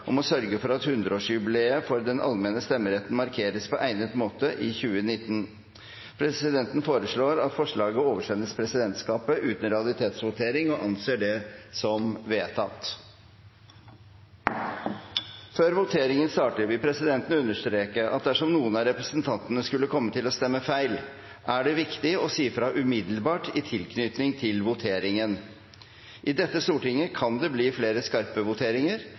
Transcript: om å sørge for at 100-årsjubileet for den allmenne stemmeretten markeres på egnet måte i 2019.» Presidenten foreslår at forslaget oversendes presidentskapet uten realitetsvotering – og anser det som vedtatt. Før voteringen starter, vil presidenten understreke at dersom noen representanter skulle komme til å stemme feil, er det viktig å si fra umiddelbart i tilknytning til voteringen. I dette stortinget kan det bli flere skarpe voteringer.